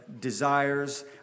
desires